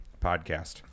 podcast